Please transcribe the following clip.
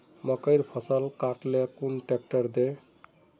मकईर फसल काट ले कुन ट्रेक्टर दे?